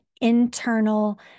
internal